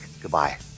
Goodbye